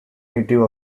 native